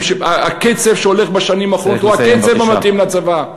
הקצב שהולך בשנים האחרונות הוא הקצב המתאים לצבא.